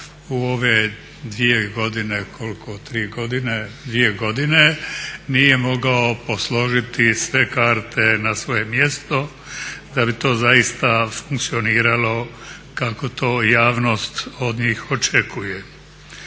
ravnatelja HRT-a u ove dvije godine nije mogao posložiti sve karte na svoje mjesto da bi to zaista funkcioniralo kako to javnost od njih očekuje.